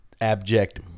abject